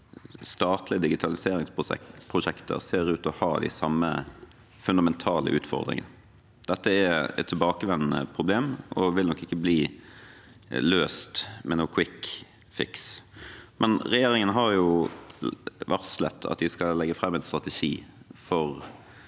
statlige digitaliseringsprosjekter ser ut til å ha de samme fundamentale utfordringene. Dette er et tilbakevendende problem og vil nok ikke bli løst med noen kvikkfiks. Regjeringen har varslet at de skal legge fram en nasjonal